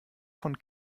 von